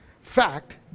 fact